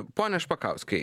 pone špakauskai